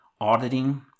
auditing